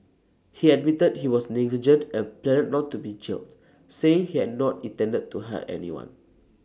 he admitted he was negligent and pleaded not to be jailed saying he had not intended to hurt anyone